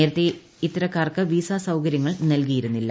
നേരത്തെ ഇത്തരക്കാർക്ക് വിസാ സൌകര്യങ്ങൾ നൽകിയിരുന്നില്ല